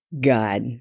God